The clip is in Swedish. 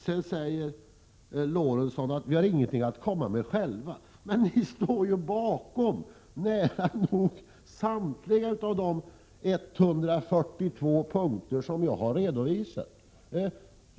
Sven Eric Lorentzon säger att vi inte har någonting att komma med själva. Men ni står ju bakom nästan samtliga 142 punkter som jag har redovisat.